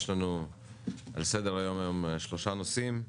יש לנו על סדר היום שלושה נושאים,